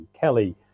Kelly